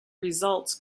results